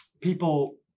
people